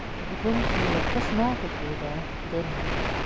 but the grinch, who lived just north of whoville, did not!